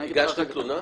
הגשת תלונה?